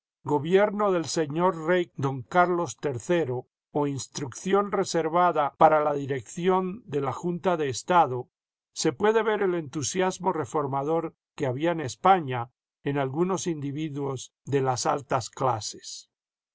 gobierno del seño rey don carlos iii o hisíriicción rcseivada para la dirección de la m i junta de estado se puede ver el entusiasmo reformador que había en españa en algunos individuos de las altas clases